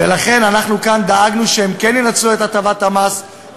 ולכן אנחנו כאן דאגנו שהם כן ינצלו את הטבת המס,